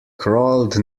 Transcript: crawled